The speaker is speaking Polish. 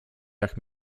jak